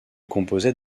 composait